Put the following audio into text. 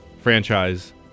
franchise